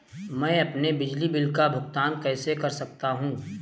मैं अपने बिजली बिल का भुगतान कैसे कर सकता हूँ?